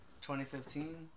2015